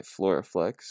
Floraflex